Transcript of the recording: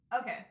Okay